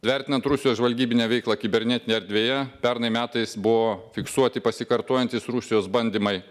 vertinant rusijos žvalgybinę veiklą kibernetinėje erdvėje pernai metais buvo fiksuoti pasikartojantys rusijos bandymai